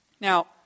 Now